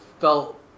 felt